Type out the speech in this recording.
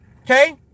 okay